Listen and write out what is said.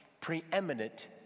preeminent